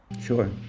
sure